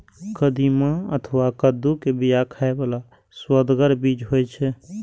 कदीमा अथवा कद्दू के बिया खाइ बला सुअदगर बीज होइ छै